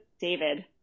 David